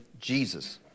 Jesus